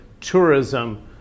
tourism